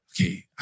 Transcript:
okay